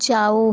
जाओ